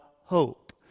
hope